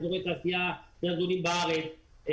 עם אזורי תעשייה מהגדולים בארץ,